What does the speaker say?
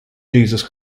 jesus